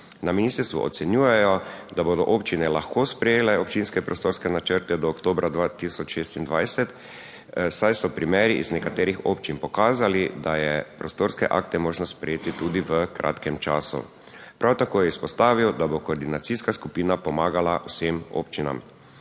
Na ministrstvu ocenjujejo, da bodo občine lahko sprejele občinske prostorske načrte do oktobra 2026, saj so primeri iz nekaterih občin pokazali, da je prostorske akte možno sprejeti tudi v kratkem času. Prav tako je izpostavil, da bo koordinacijska skupina pomagala vsem občinam.